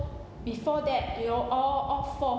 before that you know all all four